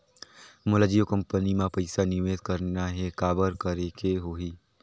मोला जियो कंपनी मां पइसा निवेश करना हे, काबर करेके होही?